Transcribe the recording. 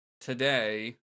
today